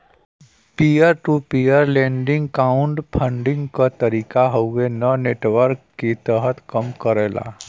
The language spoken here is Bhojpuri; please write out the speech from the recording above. peer to peer lending crowd funding क तरीका हउवे इ नेटवर्क के तहत कम करला